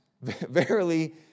verily